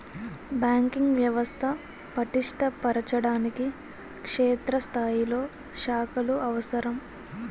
banking వ్యవస్థ పటిష్ట పరచడానికి క్షేత్రస్థాయిలో శాఖలు అవసరం